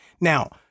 Now